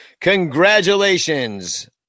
congratulations